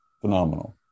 Phenomenal